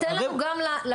אז תן לנו גם לקהילה.